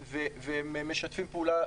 אתם, והם משתפים פעולה.